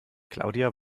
claudia